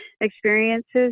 experiences